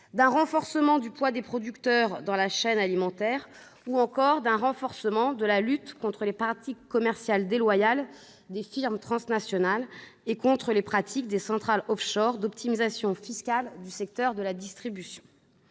d'un renforcement du poids des producteurs dans la chaîne alimentaire ou encore d'un renforcement de la lutte contre les pratiques commerciales déloyales des firmes transnationales et contre les pratiques des centrales d'optimisation fiscale du secteur de la distribution.